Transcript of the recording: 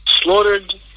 slaughtered